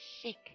sick